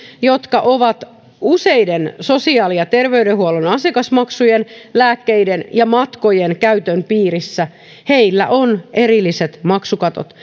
jotka ovat useiden sosiaali ja terveydenhuollon asiakasmaksujen lääkkeiden ja matkojen käytön piirissä on erilliset maksukatot